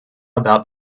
about